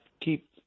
keep